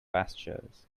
pastures